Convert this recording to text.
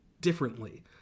differently